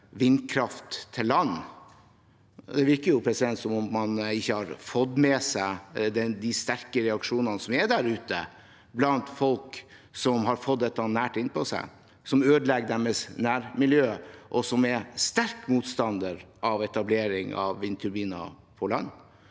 vindkraft på land. Det virker som om man ikke har fått med seg de sterke reaksjonene som er der ute blant folk som har fått dette nær innpå seg, som får sitt nærmiljø ødelagt, som er sterke motstandere av etablering av vindturbiner på land,